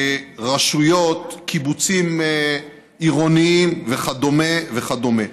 רשויות, קיבוצים עירוניים, וכדומה וכדומה.